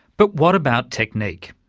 but what about technique?